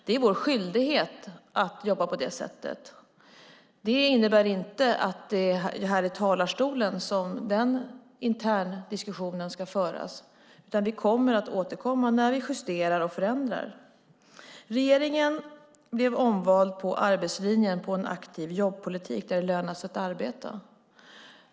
Det är vår skyldighet att jobba på det sättet. Det innebär inte att det är här i talarstolen som den interndiskussionen ska föras, utan vi kommer att återkomma när vi justerar och förändrar. Regeringen blev omvald på arbetslinjen och på en aktiv jobbpolitik där det lönar sig att arbeta.